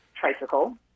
tricycle